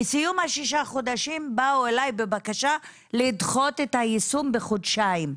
בסיום שישה החודשים באו אליי בבקשה לדחות את היישום בחודשיים,